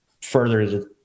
further